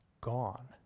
gone